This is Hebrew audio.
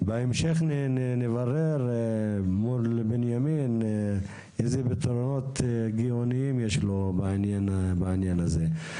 בהמשך נברר מול בנימין איזה פתרונות גאוניים יש לו בעניין הזה.